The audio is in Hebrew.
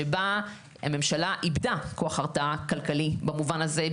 שבה הממשלה איבדה כוח הרתעה כלכלי במובן הזה,